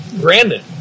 Brandon